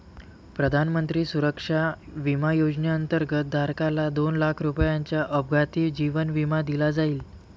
प्रधानमंत्री सुरक्षा विमा योजनेअंतर्गत, धारकाला दोन लाख रुपयांचा अपघाती जीवन विमा दिला जाईल